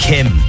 Kim